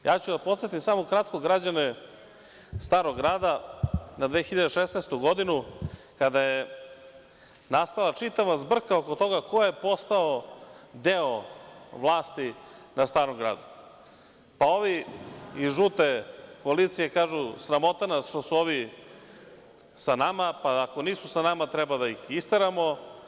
Podsetiću samo kratko građane Starog Grada na 2016. godinu kada je nastala čitava zbrka oko toga ko je postao deo vlasti na Starom Gradu, pa ovi iz žute koalicije kažu – sramota nas što su ovi sa nama, pa ako nisu sa nama treba da ih isteramo.